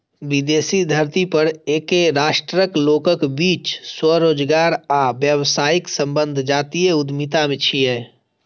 विदेशी धरती पर एके राष्ट्रक लोकक बीच स्वरोजगार आ व्यावसायिक संबंध जातीय उद्यमिता छियै